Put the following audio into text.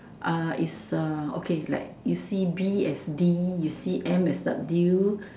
uh is uh okay like you see B as D you see M as W